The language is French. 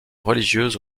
religieuse